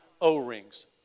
O-rings